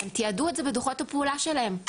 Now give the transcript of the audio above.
הם תיעדו את זה בדוחות הפעולה שלהם.